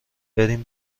بریم